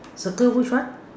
circle which one